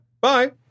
Bye